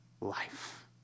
life